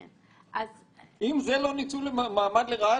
אם זה לא ניצול מעמד לרעה,